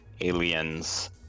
Aliens